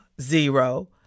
zero